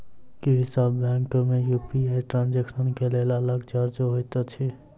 की सब बैंक मे UPI transaction केँ लेल अलग चार्ज होइत अछि?